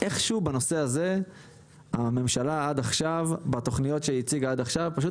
איכשהו בנושא הזה הממשלה עד עכשיו בתוכניות שהיא הציגה עד עכשיו פשוט